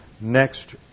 next